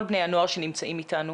כל בני הנוער שנמצאים איתנו.